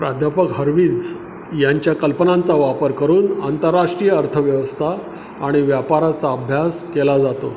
प्राध्यापक हर्विझ यांच्या कल्पनांचा वापर करून आंतरराष्ट्रीय अर्थव्यवस्था आणि व्यापाराचा अभ्यास केला जातो